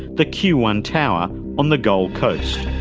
the q one tower on the gold coast.